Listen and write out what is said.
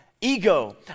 ego